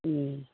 ம்